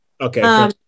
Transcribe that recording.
Okay